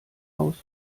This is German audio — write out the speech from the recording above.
aus